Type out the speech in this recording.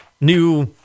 new